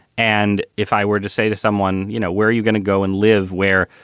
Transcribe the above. and if i were to say to someone, you know, where are you gonna go and live, where,